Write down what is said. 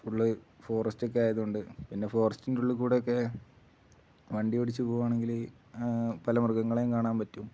full ഫോറസ്റ്റൊക്കെ ആയതുകൊണ്ട് പിന്നെ ഫോറസ്റ്റിന്റെ ഉള്ളില്കൂടെയൊക്കെ വണ്ടി ഓടിച്ചു പോവുകയാണെങ്കില് പല മൃഗങ്ങളെയും കാണാൻ പറ്റും